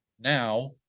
Now